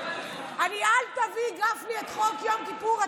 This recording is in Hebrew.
ואל תביאו חוק על יום כיפור,